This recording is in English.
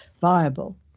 viable